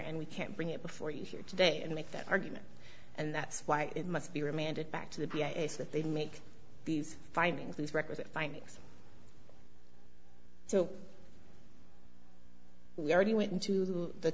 and we can't bring it before you here today and make that argument and that's why it must be remanded back to the b s that they make these findings these represent findings so we already went into the